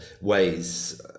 ways